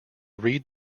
read